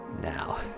now